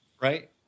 Right